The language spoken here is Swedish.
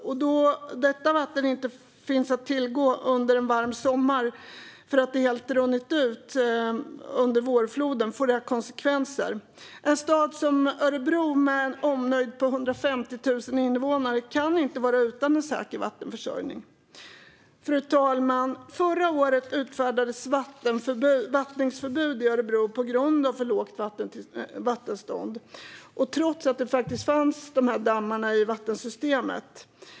Om detta vatten inte finns att tillgå under en varm sommar därför att det helt har runnit ut under vårfloden får det konsekvenser. En stad som Örebro med omnejd, vilket omfattar ca 150 000 invånare, kan inte vara utan en säker vattenförsörjning. Förra året utfärdades bevattningsförbud i Örebro på grund av för lågt vattenstånd, fru talman, trots att det faktiskt fanns dammar i vattensystemet.